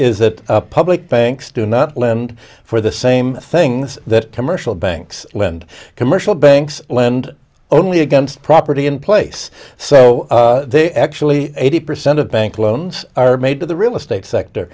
is that public banks do not lend for the same things that commercial banks lend commercial banks lend only against property in place so they actually eighty percent of bank loans are made to the real estate sector